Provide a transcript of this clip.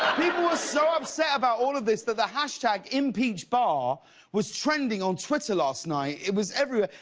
people were so upset about all of this that the hashtag impeach barr was trending on twitter last night it was everywhere.